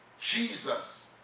Jesus